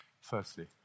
Firstly